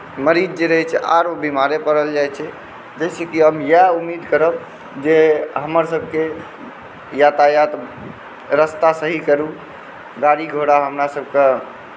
मरीज जे रहै छै आरो बीमारे पड़ल जाइ छै जाहिसँ कि हम इएह उम्मीद करब जे हमर सभकेँ यातायात रास्ता सही करु गाड़ी घोड़ा हमरा सभके